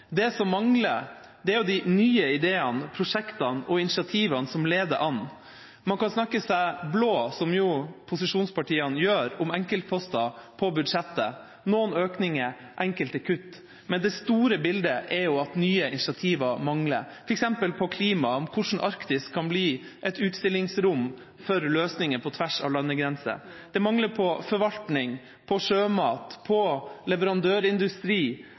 Det som mangler, er de nye ideene, prosjektene og initiativene som leder an. Man kan snakke seg blå – som posisjonspartiene jo gjør – om enkeltposter på budsjettet. Det er noen økninger og enkelte kutt, men det store bildet er at nye initiativ mangler, f.eks. når det gjelder klima, om hvordan Arktis kan bli et utstillingsvindu for løsninger på tvers av landegrenser. Det er mangler med tanke på forvaltning, sjømat og leverandørindustri